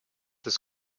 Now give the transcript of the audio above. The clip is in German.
des